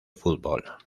fútbol